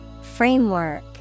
Framework